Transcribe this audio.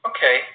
Okay